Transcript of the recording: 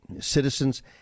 citizens